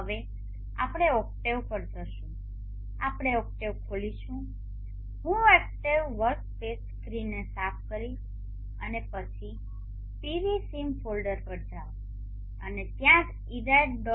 હવે આપણે ઓક્ટેવ પર જઈશું આપણે ઓક્ટેવ ખોલીશું હું ઓક્ટેવ વર્કસ્પેસ સ્ક્રીનને સાફ કરીશ અને પછી pvsim ફોલ્ડર પર જાઓ અને ત્યાં જ irrad